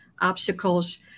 obstacles